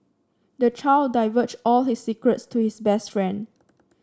the child divulged all his secrets to his best friend